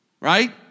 Right